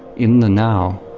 in the now,